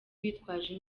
bitwaje